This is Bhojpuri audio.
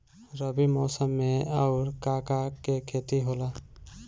रबी मौसम में आऊर का का के खेती होला?